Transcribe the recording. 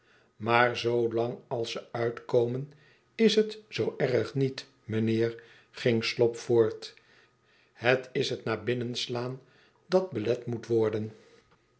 maar zoolang als ze uitkomen is het zoo erg niet mijnheer ging slop voort het is het naar binnen slaan dat belet moet worden